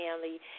family